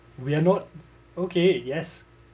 we are not okay yes